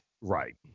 Right